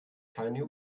keine